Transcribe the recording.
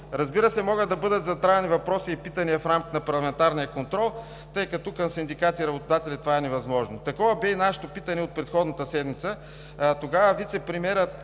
Разбира се, могат да бъдат затраяни въпроси и питания в рамките на парламентарния контрол, тъй като тук за синдикати и работодатели това е невъзможно. Такова бе и нашето питане от предходната седмица. Тогава вицепремиерът